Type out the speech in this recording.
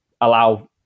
allow